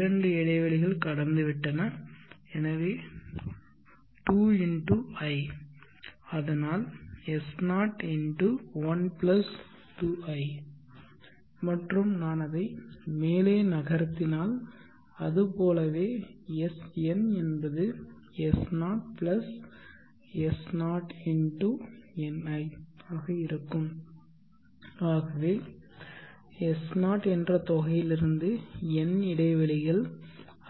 இரண்டு இடைவெளிகள் கடந்துவிட்டன எனவே 2 × i அதனால் S0 × 1 2i மற்றும் நான் அதை மேலே நகர்த்தினால் அதுபோலவே Sn என்பது S0 S0 × ni ஆக இருக்கும் ஆகவே S 0 என்ற தொகையிலிருந்து n இடைவெளிகள்